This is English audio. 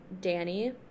Danny